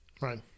Right